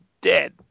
dead